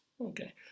Okay